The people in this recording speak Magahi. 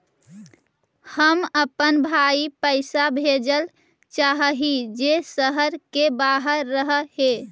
हम अपन भाई पैसा भेजल चाह हीं जे शहर के बाहर रह हे